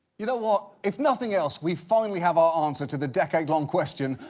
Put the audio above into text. you know what? if nothing else, we finally have our answer to the decade-long question,